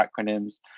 acronyms